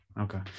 Okay